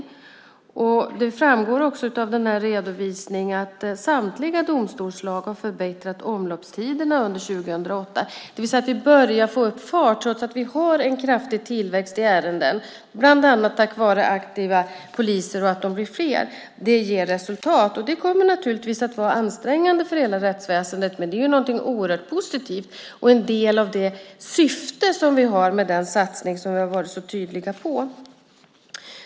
Av redovisningen framgår också att samtliga domstolsslag har förbättrat omloppstiderna under år 2008. Trots att vi har en kraftig tillväxt av antalet ärenden börjar vi alltså få upp farten, bland annat tack vare aktiva poliser och att poliserna blir fler. Det ger resultat. Naturligtvis kommer det att vara ansträngande för hela rättsväsendet, men det hela är ändå någonting som är oerhört positivt och en del av det syfte som vi har med den satsning som vi har varit så tydliga om.